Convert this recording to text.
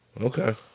Okay